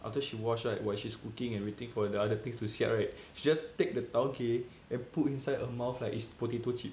after she wash right while she's cooking and waiting for the other things to siap right she just take the taugeh and put inside her mouth like is potato chip